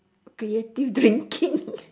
creative drinking